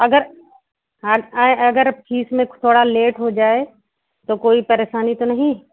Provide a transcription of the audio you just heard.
अगर अगर फीस में थोड़ा लेट हो जाए तो कोई परेशानी तो नहीं